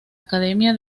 academia